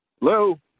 Hello